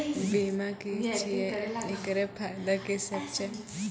बीमा की छियै? एकरऽ फायदा की सब छै?